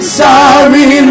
sorry